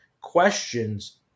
questions